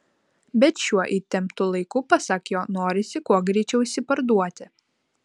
bet šiuo įtemptu laiku pasak jo norisi kuo greičiau išsiparduoti